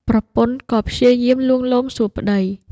ប្រពន្ធក៏ព្យាយាមលួងលោមសួរប្ដី។